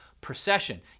procession